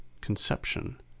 conception